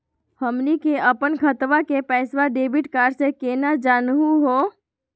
हमनी के अपन खतवा के पैसवा डेबिट कार्ड से केना जानहु हो?